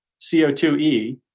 CO2e